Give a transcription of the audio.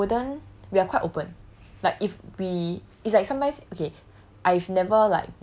it's like we wouldn't we are quite open like if we it's like sometimes okay